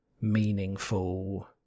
meaningful